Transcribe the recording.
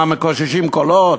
מקוששים קולות?